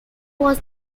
was